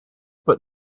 but